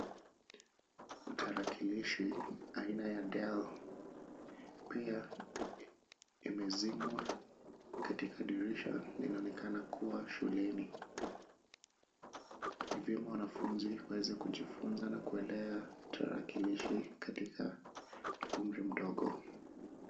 Tarakilishi aina ya dell. Pia imezimwa katika dirisha yanaonekana kuwa shuleni. Ni vyema wanafunzi waweze kufujinza na kuelewa tarakilishi katika umri mdogo.